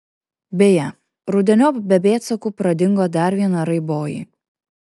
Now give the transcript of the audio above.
beje rudeniop be pėdsakų pradingo dar viena raiboji